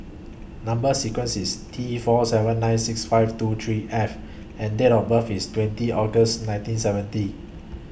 Number sequence IS T four seven nine six five two three F and Date of birth IS twenty August nineteen seventy